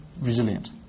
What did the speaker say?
resilient